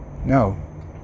No